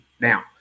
Now